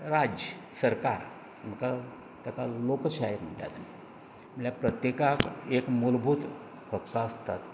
राज्य सरकार म्हाका ताका लोकशाय म्हणटा म्हणल्यार प्रत्येकाक एक मुलभूत हक्क आसतात